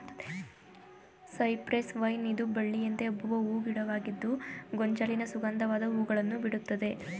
cypress vine ಇದು ಬಳ್ಳಿಯಂತೆ ಹಬ್ಬುವ ಹೂ ಗಿಡವಾಗಿದ್ದು ಗೊಂಚಲಿನ ಸುಗಂಧವಾದ ಹೂಗಳನ್ನು ಬಿಡುತ್ತದೆ